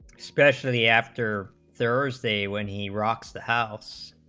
especially after thursday when he rocks the house,